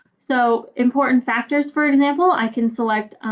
so important factors for example, i can select